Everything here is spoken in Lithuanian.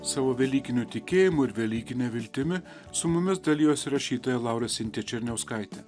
savo velykiniu tikėjimu ir velykine viltimi su mumis dalijosi rašytoja laura sintija černiauskaitė